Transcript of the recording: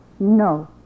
No